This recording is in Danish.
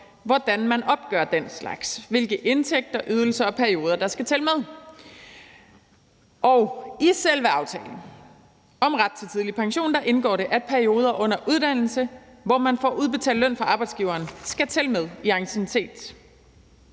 hvordan man opgør den slags, hvilke indtægter, ydelser og perioder der skal tælle med. Og i selve aftalen om ret til tidlig pension indgår det, at perioder under uddannelse, hvor man får udbetalt løn fra arbejdsgiveren, skal tælle med i anciennitet.